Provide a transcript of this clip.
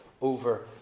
over